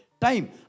time